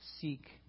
Seek